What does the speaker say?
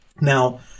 Now